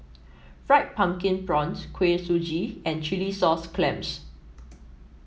Fried Pumpkin Prawns Kuih Suji and Chilli Sauce Clams